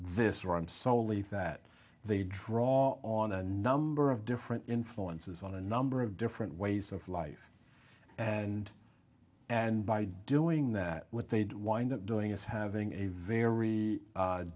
him solely that they draw on a number of different influences on a number of different ways of life and and by doing that what they'd wind up doing is having a very